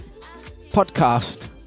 podcast